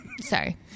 Sorry